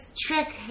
trick